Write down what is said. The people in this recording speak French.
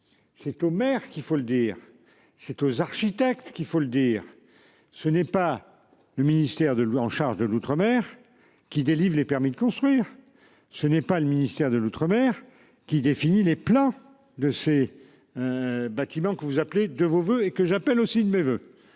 C'est aux maires qu'il faut le dire, c'est aux architectes qu'il faut le dire. Ce n'est pas le ministère de lui en charge de l'outre-mer qui délivrent les permis de construire. Ce n'est pas le ministère de l'outre-mer qui définit les plats de ces. Bâtiments que vous appelez de vos voeux et que j'appelle aussi de mes voeux.